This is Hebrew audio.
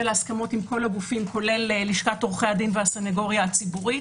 להסכמות עם כל הגופים כולל לשכת עורכי הדין והסנגוריה הציבורית.